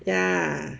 ya